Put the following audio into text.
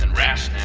and rash,